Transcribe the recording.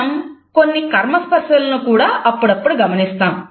మనం కొన్ని కర్మ స్పర్శలను కూడా అప్పుడప్పుడు గమనిస్తాము